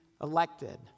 elected